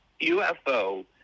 UFO